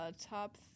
Top